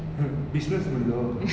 business man law